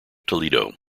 toledo